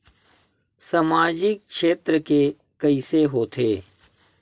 सामजिक क्षेत्र के कइसे होथे?